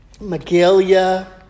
Megalia